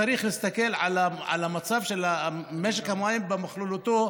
צריך להסתכל על המצב של משק המים בכללותו,